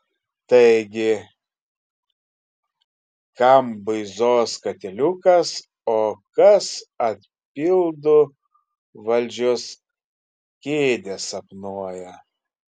taigi kam buizos katiliukas o kas atpildu valdžios kėdę sapnuoja